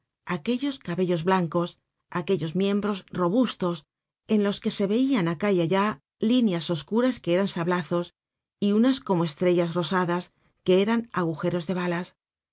aquellos cabellos blancos aquellos miembros robustos en los que se veian acá y allá líneas oscuras que eran sablazos y unas como estrellas rosadas que eran agujeros de balas